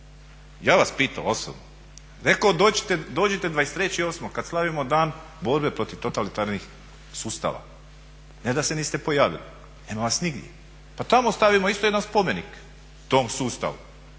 ja vas pitao osobno. Rekao dođite 23.8.kada slavimo Dan borbe protiv totalitarnih sustava. Ne da se niste pojavili nema vas nigdje. Pa tamo stavimo isto jedan spomenik tom sustavu.